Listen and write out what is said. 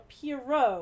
pierrot